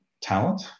talent